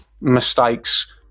mistakes